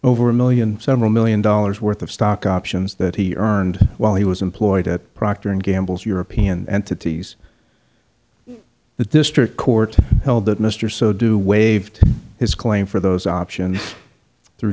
over a million several million dollars worth of stock options that he earned while he was employed at procter and gamble's european entities the district court held that mr so do waived his claim for those options through